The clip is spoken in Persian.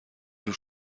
جور